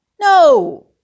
No